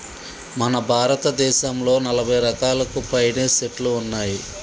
మన భారతదేసంలో నలభై రకాలకు పైనే సెట్లు ఉన్నాయి